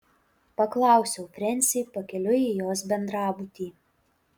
paklausiau frensį pakeliui į jos bendrabutį